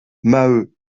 maheu